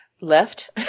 left